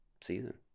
season